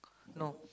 no